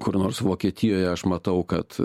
kur nors vokietijoje aš matau kad